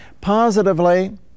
Positively